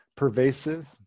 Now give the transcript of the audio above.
pervasive